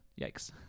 Yikes